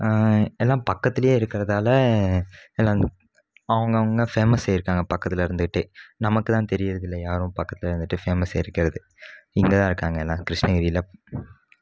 எல்லாம் பக்கத்திலே இருக்கிறதால எல்லாம் அவங்கவுங்க பேமஸ்ஸாயிருக்காங்க பக்கத்திலர்ந்துகிட்டே நமக்கு தான் தெரியறதுஇல்ல யாரும் பக்கத்திலர்ந்துகிட்டே பேமஸ்ஸாயிருக்கிறது இங்கே தான் இருக்காங்க எல்லாம் கிருஷ்ணகிரியில்